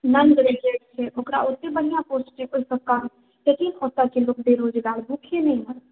ओकरा ओत्ते बढ़िऑं पोस्ट छै ओहिसब काममे लेकिन ओत्तेय के लोक बेरोजगार नहि हैत